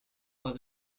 was